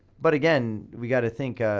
but again, we gotta think.